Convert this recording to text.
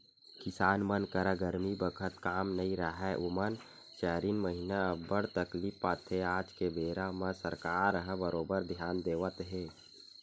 किसान मन करा गरमी बखत काम नइ राहय ओमन चारिन महिना अब्बड़ तकलीफ पाथे आज के बेरा म सरकार ह बरोबर धियान देवत हे